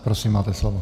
Prosím, máte slovo.